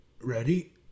Ready